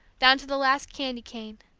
down to the last candy cane.